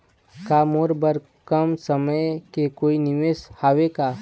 का मोर बर कम समय के कोई निवेश हावे का?